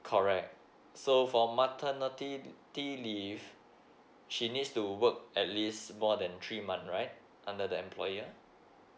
correct so for maternity ty~ leave she needs to work at least more than three month right under the employer